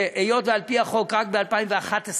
שהיות שעל-פי החוק שהתקבל רק ב-2011,